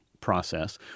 process